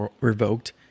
revoked